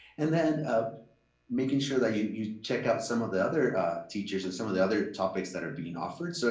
and then making sure that you you check out some of the other teachers and some of the other topics that are being offered. so